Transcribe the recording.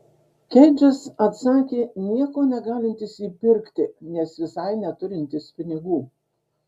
keidžas atsakė nieko negalintis įpirkti nes visai neturintis pinigų